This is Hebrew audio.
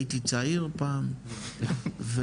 הייתי צעיר פעם ועובדים,